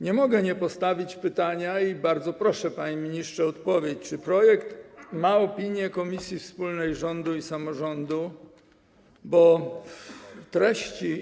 Nie mogę nie postawić pytania, i bardzo proszę, panie ministrze, o odpowiedź, czy jest opinia komisji wspólnej rządu i samorządu o projekcie.